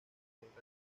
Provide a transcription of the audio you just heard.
control